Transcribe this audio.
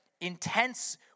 intense